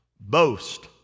boast